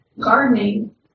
gardening